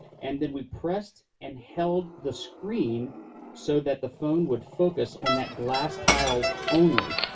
and then we pressed and held the screen so that the phone would focus on that glass tile only,